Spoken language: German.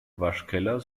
waschkeller